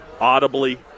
audibly